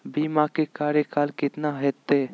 बीमा के कार्यकाल कितना होते?